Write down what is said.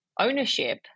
ownership